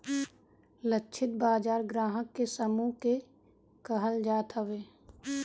लक्षित बाजार ग्राहक के समूह के कहल जात हवे